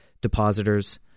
depositors